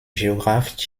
géographe